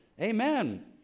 Amen